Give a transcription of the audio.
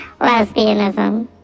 lesbianism